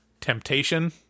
temptation